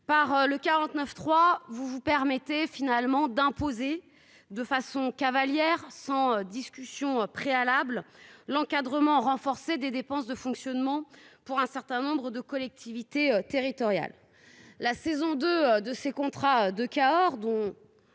le 49.3, vous vous permettez d'imposer de façon cavalière, sans discussion préalable, l'encadrement renforcé des dépenses de fonctionnement pour un certain nombre de collectivités territoriales. Cet encadrement des